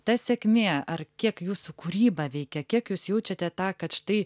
ta sėkmė ar kiek jūsų kūryba veikia kiek jūs jaučiate tą kad štai